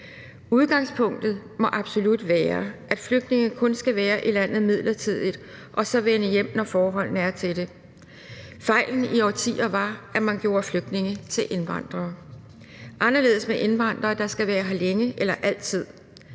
Udgangspunktet må absolut være, at flygtninge kun skal være i landet midlertidigt og så vende hjem, når forholdene er til det. Fejlen i årtier var, at man gjorde flygtninge til indvandrere. Anderledes er det med indvandrere, der skal være her længe eller altid.